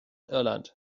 irland